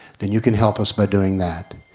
then you can help us by doing that.